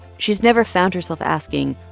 she's never found herself asking,